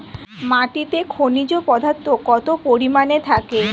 মাটিতে খনিজ পদার্থ কত পরিমাণে থাকে?